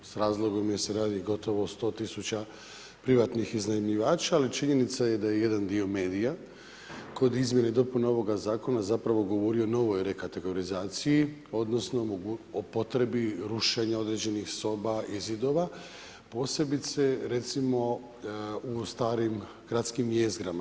S razlogom jer se radi gotovo o 100 tisuća privatnih iznajmljivača, ali činjenica je da je jedan dio medija kod izmjene i dopune ovoga Zakona zapravo govorio o novoj rekategorizaciji odnosno o potrebi rušenja određenih soba i zidova, posebice recimo u starim gradskim jezgrama.